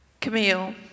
Camille